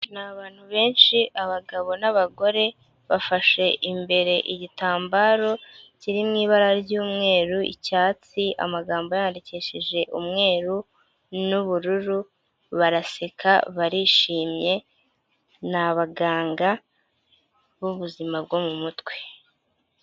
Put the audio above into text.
Ni abantu benshi abagabo n'abagore, bafashe imbere igitambaro kiri mu ibara ry'umweru icyatsi, amagambo yandikishije umweru n'ubururu, baraseka barishimye ni abaganga b'ubuzima bwo mu mutwe.